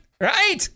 Right